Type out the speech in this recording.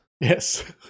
yes